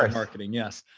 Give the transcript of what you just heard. um marketing. yes.